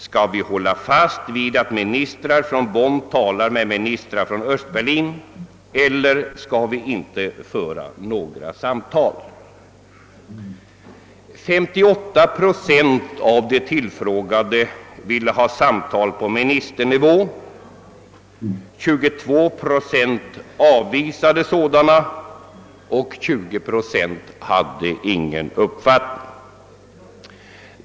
Skall vi hålla fast vid att ministrar från Bonn talar med ministrar från Östberlin eller skall vi inte föra några samtal? 58 procent av de tillfrågade ville ha samtal på ministernivå, 22 procent avvisade sådana och 20 procent hade ingen uppfattning.